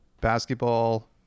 basketball